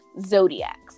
zodiacs